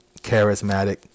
charismatic